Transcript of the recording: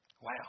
wow